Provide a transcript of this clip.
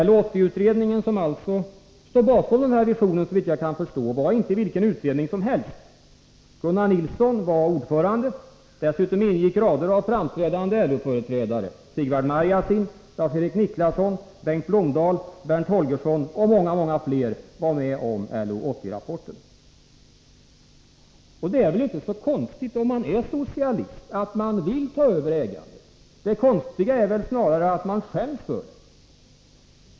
LO 80-utredningen, som såvitt jag förstår är den som står bakom den här visionen, var inte vilken utredning som helst. Gunnar Nilsson var ordförande. Dessutom ingick flera framträdande LO-företrädare såsom Sigvard Marjasin, Lars-Erik Niklasson, Bengt Blomdahl, Berndt Holgersson och många, många fler. Det är väl inte så konstigt för den som är socialist att vilja ta över ägandet. Det konstiga är att man tycks skämmas för det.